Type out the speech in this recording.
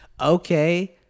okay